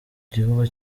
gihugu